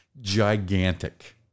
gigantic